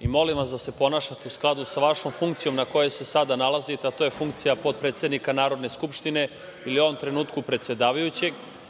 i molim vas da se ponašate u skladu sa vašom funkcijom na kojoj se sada nalazite, a to je funkcija potpredsednika Narodne skupštine i u ovom trenutku predsedavajućeg,